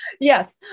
yes